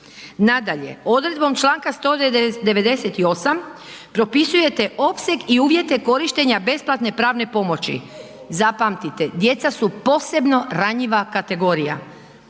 Nadalje, odredbom čl. 198. propisujete opseg i uvjete korištenja besplatne pravne pomoći. Zapamtite, djeca su posebno ranjiva kategorija.